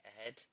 ahead